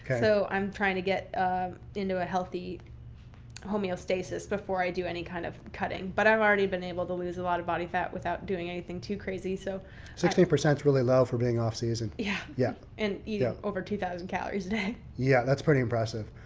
so i'm trying to get into a healthy homeostasis before i do any kind of cutting. but i've already been able to lose a lot of body fat without doing anything too crazy. so sixty percent really low for being off season. yeah yeah and over two thousand calories a day. yeah, that's pretty impressive.